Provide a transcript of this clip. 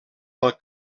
del